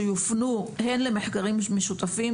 שיופנו למחקרים משותפים,